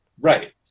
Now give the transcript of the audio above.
right